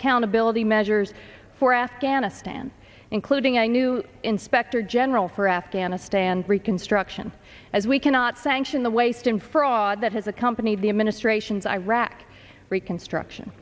accountability measures for afghanistan including a new inspector general for afghanistan reconstruction as we cannot sanction the waste and fraud that has accompanied the administration's iraq reconstruction